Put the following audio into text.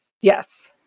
yes